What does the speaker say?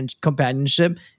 companionship